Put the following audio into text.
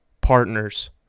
partners